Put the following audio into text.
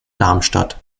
darmstadt